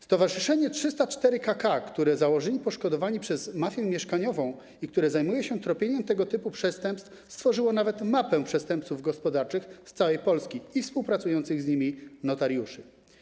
Stowarzyszenie 304 KK, które założyli poszkodowani przez mafię mieszkaniową i które zajmuje się tropieniem tego typu przestępstw, stworzyło nawet mapę przestępców gospodarczych z całej Polski i współpracujących z nimi notariuszy.